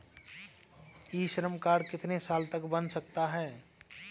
ई Shram card कितने साल तक बन सकता है?